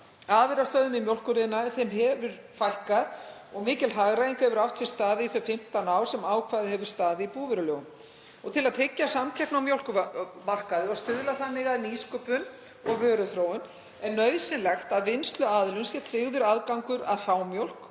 Afurðastöðvum í mjólkuriðnaði hefur fækkað og mikil hagræðing hefur átt sér stað í þau 15 ár sem ákvæðið hefur staðið í búvörulögum. Til að tryggja samkeppni á mjólkurmarkaði og stuðla þannig að nýsköpun og vöruþróun er nauðsynlegt að vinnsluaðilum sé tryggður aðgangur að